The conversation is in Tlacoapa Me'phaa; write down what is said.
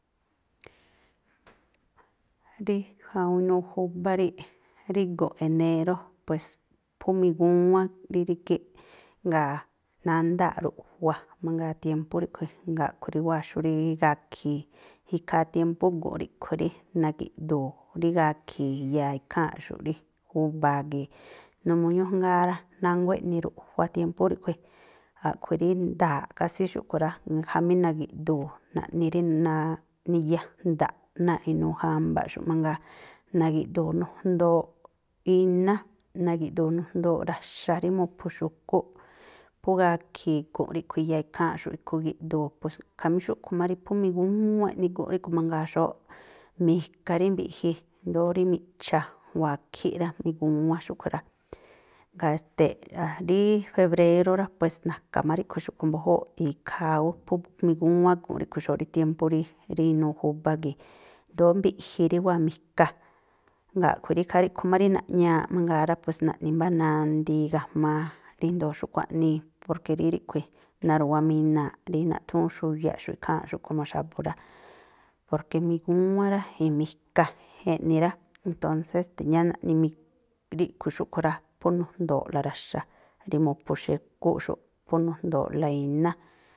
Rí inuu júbá ríi̱ꞌ, rí gu̱nꞌ enéró, pues phú migúwán rí rígíꞌ, jngáa̱ nándáa̱ꞌ ruꞌjua mangaa tiémpú ríꞌkhui̱. Jngáa̱ a̱ꞌkhui̱ rí wáa̱ xú rí gakhi̱i̱. Ikhaa tiémpú gu̱nꞌ ríꞌkhui̱ rí nagi̱ꞌdu̱u̱ rí gakhi̱i̱ i̱ya̱a ikháa̱nꞌxu̱ꞌ rí júba̱a gii̱, numuu ñújngáá rá, nánguá eꞌni ruꞌjua tiémphú ríꞌkhui̱, a̱ꞌkhui̱ rí nda̱a̱ꞌ kásí xúꞌkhui̱ rá, jamí nagi̱ꞌdu̱u̱ naꞌni rí ni yajnda̱ꞌ náa̱ꞌ inuu jamba̱ꞌxu̱ꞌ mangaa, nagi̱du̱u̱ nujndooꞌ iná, nagi̱ꞌdu̱u̱ nujndoo ra̱xa̱ rí mu̱phu̱ xu̱kúꞌ. Phú gakhi̱i̱ gu̱nꞌ ríꞌkhui̱ i̱ya̱a ikháa̱nꞌxu̱ꞌ, ikhú igi̱ꞌdu̱u̱ pues, khamí xúꞌkhui̱ má rí phú migúwán eꞌni gu̱nꞌ ríꞌkhui̱ mangaa xóóꞌ. Mika rí mbiꞌji i̱ndóó rí miꞌcha̱, wakhíꞌ rá, migúwán xúꞌkhui̱ rá. Jngáa̱ e̱ste̱ꞌ ríí febréró rá, pues na̱ka̱ má ríꞌkhui̱ xúꞌkhui̱ mbu̱júúꞌ, ikhaa ú phú migúwánꞌ gu̱nꞌ ríꞌkhui̱ xóóꞌ rí tiémpú rí rí inuu júbá gii̱. I̱ndóó mbiꞌji rí wáa̱ mika. Jngáa̱ a̱ꞌkhui̱ rí ikhaa ríꞌkhui̱ má rí naꞌñaaꞌ mangaa rá, pues naꞌni mbá nandii ga̱ma̱a ríndo̱o xúꞌkhui̱ aꞌnii, porke rí ríꞌkhui̱, naru̱wamina̱a̱ꞌ rí naꞌthúún xuyaꞌxu̱ꞌ ikháa̱nꞌxu̱ komo xa̱bu̱ rá. Porke migúwán rá, i̱ mika eꞌni rá, entónsé e̱ste̱ yáá naꞌni miꞌ ríꞌkhui̱ xúꞌkhui̱ rá, phú nujndo̱o̱ꞌla ra̱xa̱ rí mu̱phu̱ xu̱kúꞌxu̱ꞌ. Phú nujndo̱o̱ꞌla iná.